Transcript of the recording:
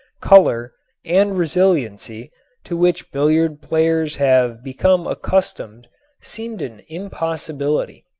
color and resiliency to which billiard players have become accustomed seemed an impossibility.